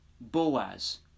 Boaz